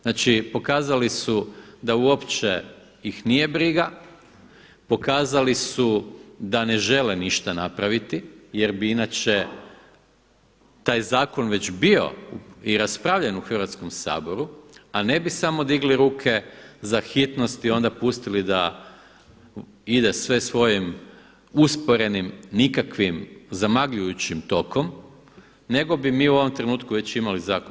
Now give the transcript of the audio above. Znači pokazali su da uopće ih nije briga, pokazali su da ne žele ništa napraviti jer bi inače taj zakon već bio i raspravljen u Hrvatskom saboru a ne bi samo digli ruke za hitnost i onda pustili da ide sve svojim usporenim, nikakvim, zamagljujućim tokom nego bi mi u ovom trenutku već imali zakon.